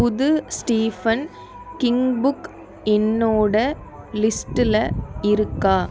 புது Stephen King book என்னோட லிஸ்ட்டில் இருக்கா